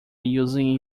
using